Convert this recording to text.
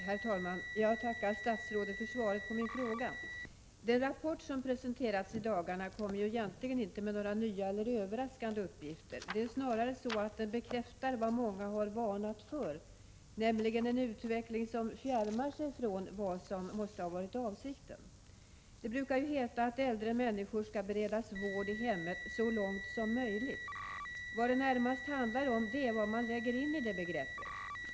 Herr talman! Jag tackar statsrådet för svaret på min fråga. Den rapport som presenterats i dagarna innehöll egentligen inte några nya eller överraskande uppgifter. Den bekräftar snarare vad många har varnat för, nämligen en utveckling som fjärmar sig från vad som måste ha varit avsikten. Det brukar heta att äldre människor så långt som möjligt skall beredas vård i hemmet. Det handlar närmast om vad man lägger in i det begreppet.